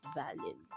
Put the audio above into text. valid